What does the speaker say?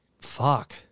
fuck